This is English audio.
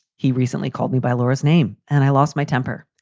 he recently called me by laura's name and i lost my temper.